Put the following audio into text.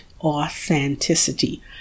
authenticity